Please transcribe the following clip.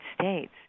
states